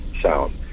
sound